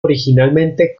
originalmente